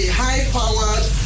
high-powered